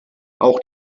auch